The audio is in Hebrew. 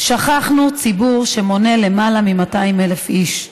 שכחנו ציבור שמונה למעלה מ-200,000 איש.